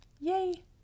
Yay